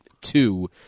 two